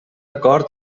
acord